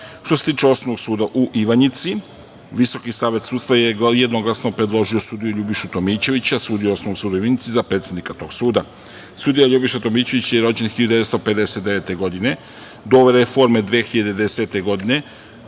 se tiče Osnovnog suda u Ivanjici, Visoki savet sudstva je jednoglasno predložio sudiju Ljubišu Tomićevića, sudiju Osnovnog suda u Ivanjici, za predsednika tog suda. Sudija Ljubiša Tomićević je rođen 1959. godine. Do reforme 2010. godine